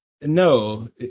No